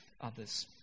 others